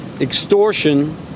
extortion